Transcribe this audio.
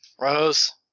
Rose